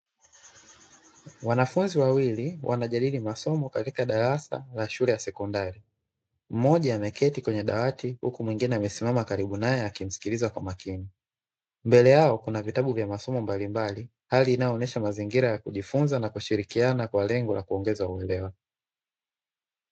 Wanafunzi wawili wanajadili msomo katika darasa ya shule ya sekondari mmoja ameketi kwenye dawati huku mmoja amesimama karibu nae akimsikilia kwa makini. Mbele yao kuna vitabu masomo mbalimbali hali inayo onyesha mazingira ya kujifunza na kushikirina kwa lengo la kuongeza uelewa.